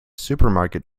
supermarket